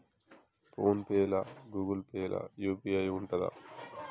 Phone pay లా Google pay లా UPI ఉంటదా?